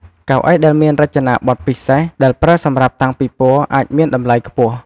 កៅអីដែលមានរចនាបថពិសេស ដែលប្រើសម្រាប់តាំងពិព័រណ៍អាចមានតម្លៃខ្ពស់។